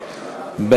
2013, נתקבלה.